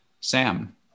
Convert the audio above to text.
Sam